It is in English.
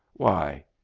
why,